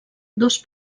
dos